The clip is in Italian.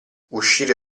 uscire